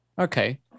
Okay